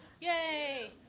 Yay